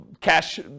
cash